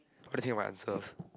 what do you think about answers